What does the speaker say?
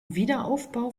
wiederaufbau